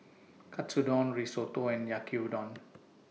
Katsudon Risotto and Yaki Udon